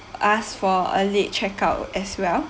ask for early check out as well